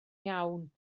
iawn